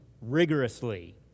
rigorously